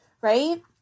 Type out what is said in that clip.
right